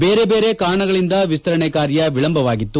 ಬೇರೆ ಬೇರೆ ಕಾರಣಗಳಿಂದ ವಿಸ್ತರಣೆ ಕಾರ್ಯ ವಿಳಂಬವಾಗಿತ್ತು